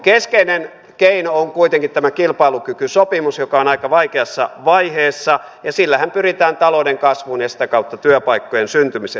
keskeinen keino on kuitenkin tämä kilpailukykysopimus joka on aika vaikeassa vaiheessa ja sillähän pyritään talouden kasvuun ja sitä kautta työpaikkojen syntymiseen